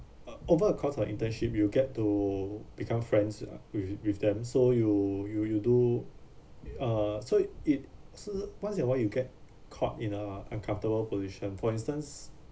a~ over a course of internship you'll get to become friends a~ with with them so you you you do uh so it s~ so once in a while you get caught in a uncomfortable position for instance